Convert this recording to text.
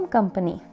Company